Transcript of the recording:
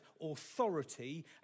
authority